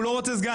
הוא לא רוצה סגן.